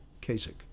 Kasich